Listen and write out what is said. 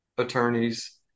attorneys